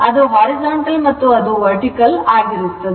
ಅದು horizontal ಮತ್ತು ಅದು vertical ಆಗಿರುತ್ತದೆ